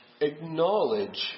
acknowledge